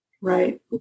Right